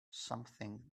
something